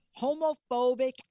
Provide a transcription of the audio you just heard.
homophobic